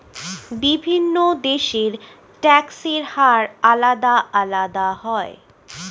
বিভিন্ন দেশের ট্যাক্সের হার আলাদা আলাদা হয়